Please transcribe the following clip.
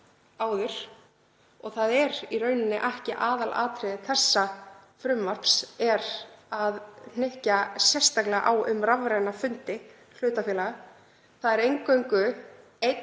Það er í rauninni ekki aðalatriði þessa frumvarps að hnykkja sérstaklega á rafrænum fundi hlutafélaga. Það er eingöngu